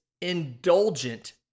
indulgent